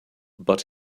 but